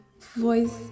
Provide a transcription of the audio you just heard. Voice